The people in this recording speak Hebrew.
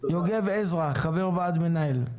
יוגב עזרא, חבר ועד מנהל,